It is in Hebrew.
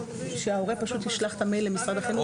שההורה פשוט ישלח את המייל למשרד החינוך.